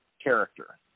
character